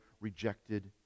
rejected